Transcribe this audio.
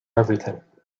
everything